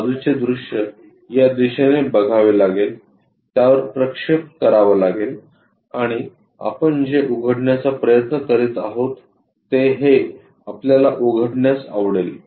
बाजूचे दृश्य या दिशेने बघावे लागेल त्यावर प्रक्षेप करावा लागेल आणि आपण जे उघडण्याचा प्रयत्न करीत आहोत ते हे आपल्याला उघडण्यास आवडेल